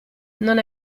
non